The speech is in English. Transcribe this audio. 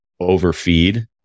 overfeed